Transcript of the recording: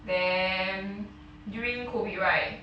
then during COVID right